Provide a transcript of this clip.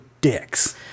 dicks